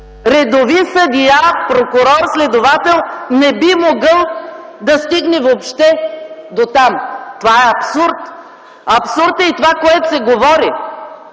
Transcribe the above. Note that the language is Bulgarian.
Редови съдия, прокурор, следовател не би могъл да стигне въобще дотам! Това е абсурд! Абсурд е и това, което се говори.